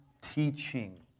teaching